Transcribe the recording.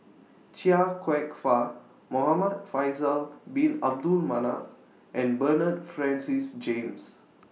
Chia Kwek Fah Muhamad Faisal Bin Abdul Manap and Bernard Francis James